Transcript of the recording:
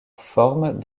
forme